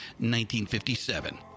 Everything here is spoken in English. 1957